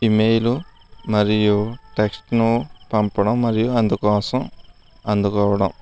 email మరియు టెక్స్ట్ను పంపడం మరియు అందుకోసం అందుకోవడం